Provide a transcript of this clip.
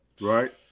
right